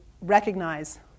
recognize